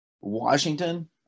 Washington